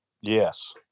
Yes